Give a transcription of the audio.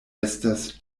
estas